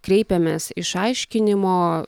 kreipėmės išaiškinimo